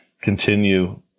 continue